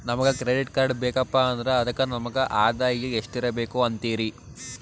ನಮಗ credit card ಬೇಕಪ್ಪ ಅಂದ್ರ ಅದಕ್ಕ ನಮಗ ಆದಾಯ ಎಷ್ಟಿರಬಕು ಅಂತೀರಿ?